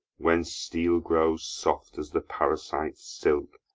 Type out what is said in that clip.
when steel grows soft as the parasite's silk,